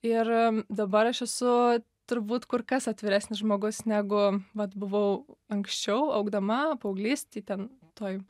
ir dabar aš esu turbūt kur kas atviresnis žmogus negu vat buvau anksčiau augdama paauglystėj ten toj